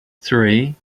three